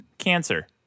cancer